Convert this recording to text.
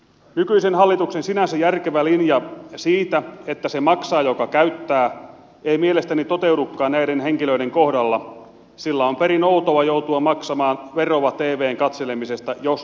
nykyisen hallituksen sinänsä järkevä linja että se maksaa joka käyttää ei mielestäni toteudukaan näiden henkilöiden kohdalla sillä on perin outoa joutua maksamaan veroa tvn katselemisesta jos ei sitä katsele